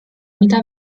mida